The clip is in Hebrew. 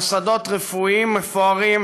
מוסדות רפואיים מפוארים